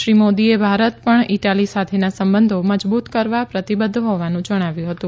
શ્રી મોદીએ ભારત પણ ઇટાલી સાથેના સંબંધો મજબૂત કરવા પ્રતિબધ્ધ હોવાનું જણાવ્યું હતું